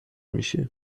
میشه